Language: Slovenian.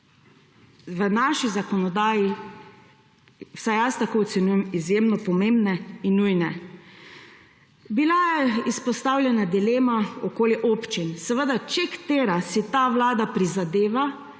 v naši zakonodaji, vsaj jaz tako ocenjujem, izjemno pomembne in nujne. Bila je izpostavljena dilema okoli občin. Seveda, če katera, si ta vlada prizadeva,